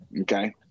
okay